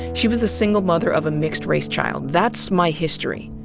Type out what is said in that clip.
she was the single mother of a mixed race child. that's my history.